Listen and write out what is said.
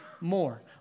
more